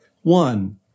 One